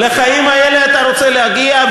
לחיים האלה אתה רוצה להגיע?